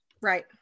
right